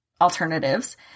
alternatives